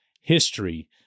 history